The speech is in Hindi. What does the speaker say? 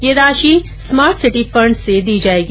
यह राशि स्मार्ट सिटी फण्ड से दी जायेगी